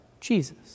Jesus